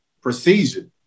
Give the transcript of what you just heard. procedure